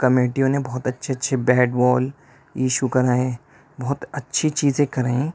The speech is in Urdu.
کمیٹیوں نے بہت اچھے اچھے بیٹ بال اشو کرائیں بہت اچھی چیزیں کرائیں